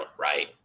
right